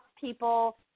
people